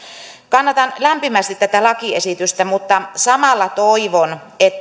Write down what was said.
kannatan lämpimästi tätä lakiesitystä mutta samalla toivon